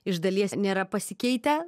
iš dalies nėra pasikeitę